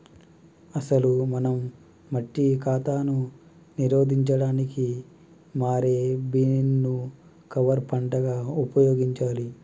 అసలు మనం మట్టి కాతాను నిరోధించడానికి మారే బీన్ ను కవర్ పంటగా ఉపయోగించాలి